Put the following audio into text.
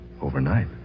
overnight